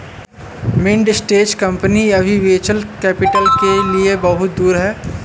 mid stage कंपनियां अभी venture capital के लिए बहुत दूर हैं